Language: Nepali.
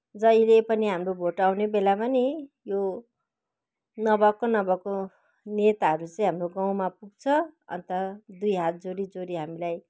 जहिले पनि हाम्रो भोट आउने बेलामा नि यो नभएको नभएको नेताहरू चाहिँ हाम्रो गाउँमा पुग्छ अन्त दुई हात जोडी जोडी हामीलाई